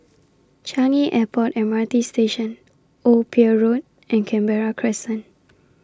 Changi Airport M R T Station Old Pier Road and Canberra Crescent